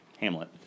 Hamlet